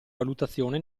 valutazione